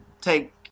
take